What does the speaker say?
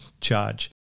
charge